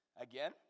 again